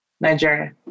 nigeria